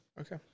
okay